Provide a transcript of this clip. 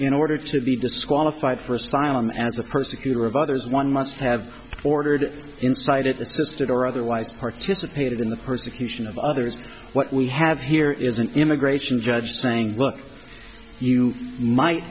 in order to be disqualified for asylum as a persecutor of others one must have ordered inside at the system or otherwise participated in the persecution of others what we have here is an immigration judge saying look you might